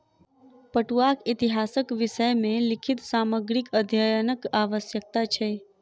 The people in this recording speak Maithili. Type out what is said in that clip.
पटुआक इतिहासक विषय मे लिखित सामग्रीक अध्ययनक आवश्यक छै